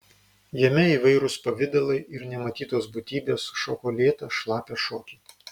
jame įvairūs pavidalai ir nematytos būtybės šoko lėtą šlapią šokį